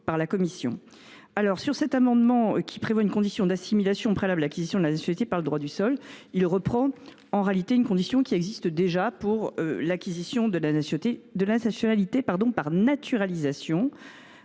commission. Cet amendement tend à prévoir une condition d’assimilation préalable à l’acquisition de la nationalité par le droit du sol. Une telle condition existe déjà pour l’acquisition de la nationalité par naturalisation.